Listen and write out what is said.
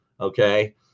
okay